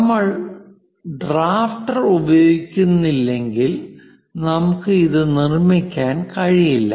നമ്മൾ ഡ്രാഫ്റ്റർ ഉപയോഗിക്കുന്നില്ലെങ്കിൽ നമുക്ക് ഇത് നിർമ്മിക്കാൻ കഴിയില്ല